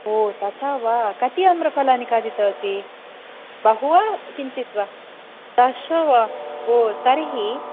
ओ तथा वा कति आम्रफलानि खादितवति बहु वा किञ्चित् वा दश वा ओ तर्हि